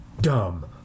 dumb